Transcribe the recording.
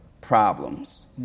problems